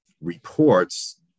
reports